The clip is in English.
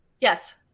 yes